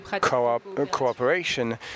cooperation